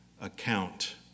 account